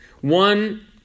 one